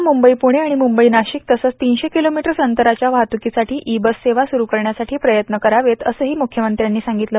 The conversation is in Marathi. ने मुंबई पुणे आणि मुंबई नाशिक तसंच तीनशे किलोमीटर्स अंतराच्या वाहतुकीसाठी ई बस सेवा सुरु करण्यासाठी प्रयत्न करावेत असंही मुख्यमंत्र्यांनी सांगितलं